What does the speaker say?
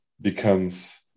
becomes